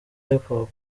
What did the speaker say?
hiphop